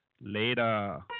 Later